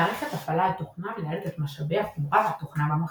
מערכת הפעלה היא תוכנה המנהלת את משאבי החומרה והתוכנה במחשב.